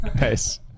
Nice